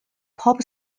pop